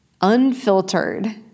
unfiltered